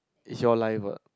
is your life what